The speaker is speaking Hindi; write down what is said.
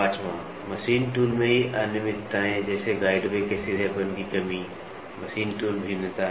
• मशीन टूल में ही अनियमितताएं जैसे गाइडवे के सीधेपन की कमी मशीन टूल भिन्नता